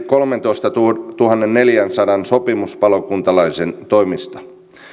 kolmentoistatuhannenneljänsadan sopimuspalokuntalaisen toimista